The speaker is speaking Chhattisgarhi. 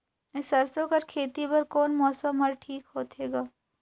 सरसो कर खेती बर कोन मौसम हर ठीक होथे ग?